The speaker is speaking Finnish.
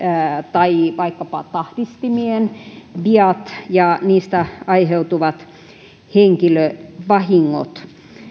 tai vaikkapa tahdistimien viat ja niistä aiheutuvat henkilövahingot